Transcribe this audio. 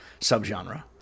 subgenre